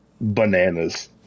bananas